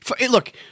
Look